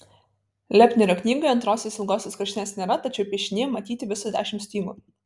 lepnerio knygoje antrosios ilgosios kraštinės nėra tačiau piešinyje matyti visos dešimt stygų